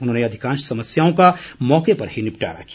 उन्होंने अधिकांश समस्याओं का मौके पर ही निपटारा किया